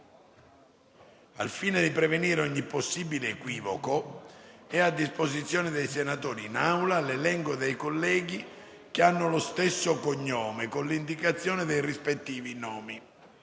Al fine di prevenire ogni possibile equivoco, è a disposizione dei senatori, in Aula, l'elenco dei colleghi che hanno lo stesso cognome, con l'indicazione dei rispettivi nomi.